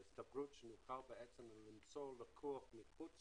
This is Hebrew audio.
ההסתברות שנוכל למצוא לקוח מחוץ